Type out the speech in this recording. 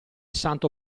santo